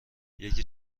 یکی